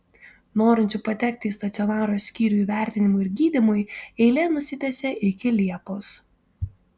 norinčių patekti į stacionaro skyrių įvertinimui ir gydymui eilė nusitęsė iki liepos